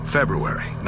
February